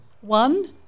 One